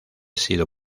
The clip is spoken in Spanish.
sido